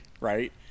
right